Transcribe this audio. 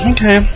Okay